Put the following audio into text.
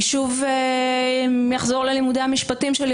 אני שוב אחזור ללימודי המשפטים שלי.